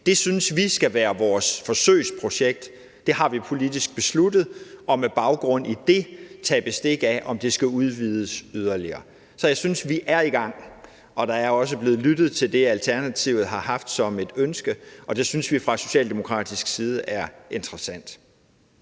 Det synes vi skal være vores forsøgsprojekt – det har vi politisk besluttet, og med baggrund i det kan vi tage bestik af, om det skal udvides yderligere. Så jeg synes, vi er i gang, og der er også blevet lyttet til det, Alternativet har haft som et ønske, og vi synes fra Socialdemokratiets side, at det er interessant.